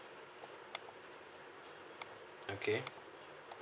okay